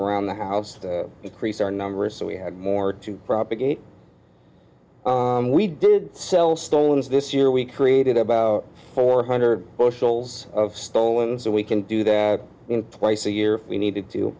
around the house to increase our numbers so we had more to propagate we did sell stones this year we created about four hundred bushels of stolen so we can do that in twice a year if we needed to